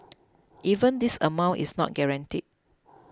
even this amount is not guaranteed